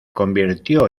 convirtió